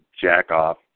jack-off